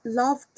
love